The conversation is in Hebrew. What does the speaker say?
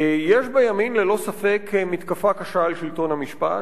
יש בימין, ללא ספק, מתקפה קשה על שלטון המשפט,